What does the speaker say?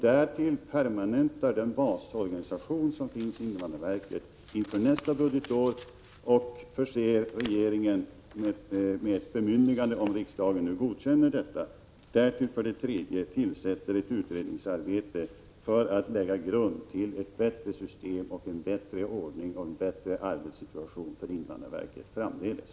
Därtill permanentar vi invandrarverkets basorganisation inför nästa budgetår. Vidare förses regeringen med ett bemyndigande om riksdagen godkänner detta. Dessutom påbörjas en utredning för att lägga grunden för ett bättre system och en bättre ordning och arbetssituation för invandrarverket framdeles.